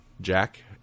Jack